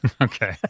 Okay